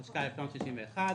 התשכ"א 1961,